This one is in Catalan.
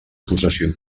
possessió